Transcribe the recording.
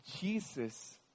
Jesus